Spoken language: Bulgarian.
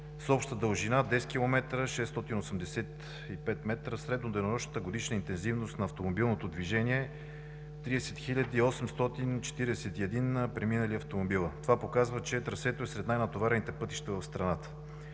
с обща дължина 10,685 км, средната денонощна интензивност на автомобилното движение е 30 841 преминали автомобила. Това показва, че трасето е сред най-натоварените пътища в страната.